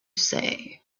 say